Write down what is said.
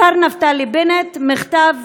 השר נפתלי בנט, מכתב.